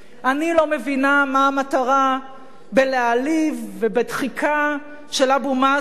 אני לא מבינה מה המטרה בהעלבה ובדחיקה של אבו מאזן.